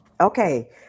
Okay